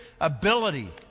ability